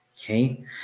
okay